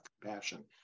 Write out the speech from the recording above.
compassion